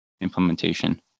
implementation